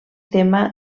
tema